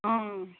অঁ